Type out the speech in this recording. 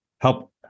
help